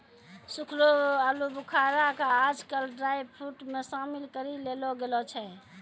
सूखलो आलूबुखारा कॅ आजकल ड्रायफ्रुट मॅ शामिल करी लेलो गेलो छै